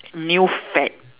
new fad